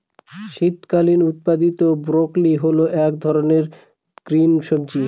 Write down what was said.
শীতকালীন উৎপাদীত ব্রোকলি হল এক ধরনের গ্রিন সবজি